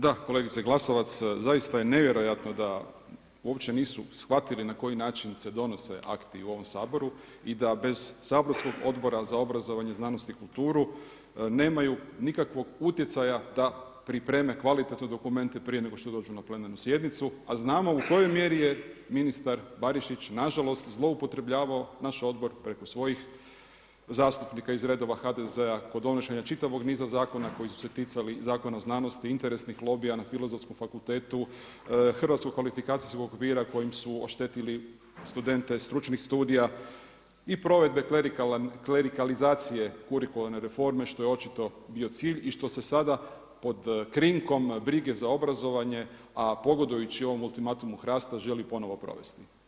Da kolegice Glasovac zaista je nevjerojatno da uopće nisu shvatili na koji se način donose akti u ovom Saboru i da bez saborskog Odbora za obrazovanje, znanost i kulturu nemaju nikakvog utjecaja da pripreme kvalitetne dokumente prije nego što dođu na plenarnu sjednicu, a znamo u kojoj mjeri je ministar Barišić na žalost zloupotrebljavao naš odbor preko svojih zastupnika iz redova HDZ-a kod donošenja čitavog niza zakona koji su se ticali Zakona o znanosti, interesnih lobija na Filozofskom fakultetu, hrvatskog kvalifikacijskog okvira kojim su oštetili studente stručnih studija i provedbe klerikalizacije kurikularne reforme što je očito bio cilj i što se sada pod krinkom brige za obrazovanje, a pogodujući ovom ultimatumu HRAST-a želi ponovo provesti.